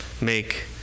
make